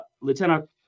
Lieutenant